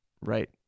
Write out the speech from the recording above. right